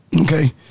okay